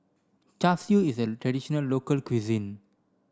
Char Siu is a traditional local cuisine